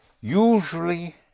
usually